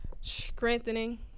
Strengthening